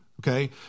Okay